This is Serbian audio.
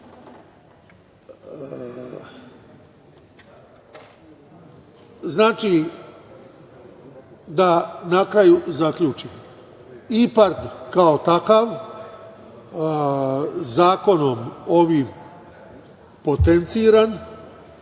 da na kraju zaključim, IPARD kao takav, zakonom ovim potenciran,